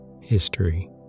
History